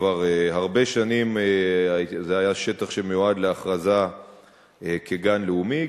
כבר הרבה שנים זה היה שטח שמיועד להכרזה כגן לאומי,